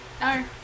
No